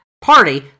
party